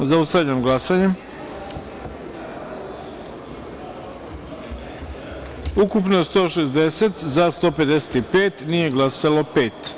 Zaustavljam glasanje: ukupno – 160, za – 155, nije glasalo – pet.